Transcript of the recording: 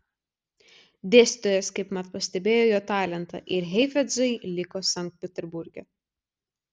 dėstytojas kaipmat pastebėjo jo talentą ir heifetzai liko sankt peterburge